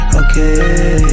okay